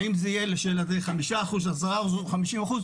האם זה יהיה לשאלתך 5%, 10% או 50%?